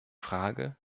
frage